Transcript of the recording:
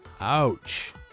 Ouch